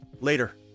later